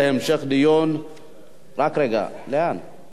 בעד, 7, נגד, 1. הצעת החוק הקאדים (תיקון מס' 17)